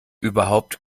überhaupt